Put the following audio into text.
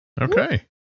Okay